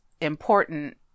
important